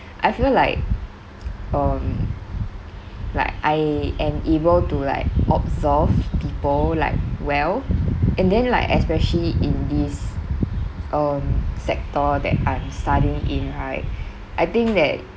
I feel like um like I am able to like observe people like well and then like especially in this um sector that I'm studying in right I think that